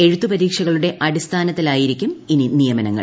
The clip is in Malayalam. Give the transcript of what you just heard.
എഴുത്തുപരീക്ഷകളുടെ അടിസ്ഥാനത്തിലായിരിക്കും ഇനി നിയമനങ്ങൾ